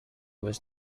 was